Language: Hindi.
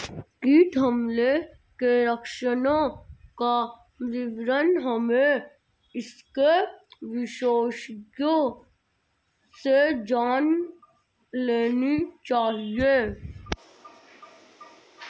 कीट हमले के लक्षणों का विवरण हमें इसके विशेषज्ञों से जान लेनी चाहिए